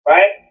Right